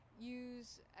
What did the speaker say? use